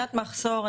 מבחינת מחסור,